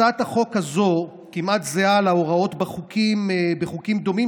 הצעת חוק זו כמעט זהה להוראות בחוקים דומים